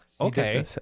okay